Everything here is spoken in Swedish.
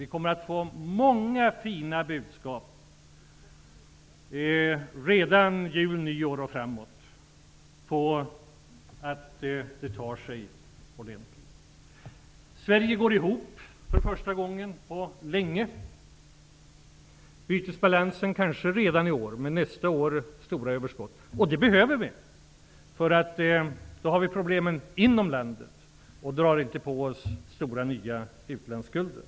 Det kommer att komma många fina budskap redan runt jul, vid nyår och framåt på att exporten tar sig ordentligt. Sveriges handel går ihop för första gången på länge. Bytesbalansen går kanske ihop redan i år, men nästa år blir det överskott. Vi behöver det. Då har vi bara problemen inom landet att hantera och drar inte på oss stora nya utlandsskulder.